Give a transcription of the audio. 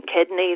kidney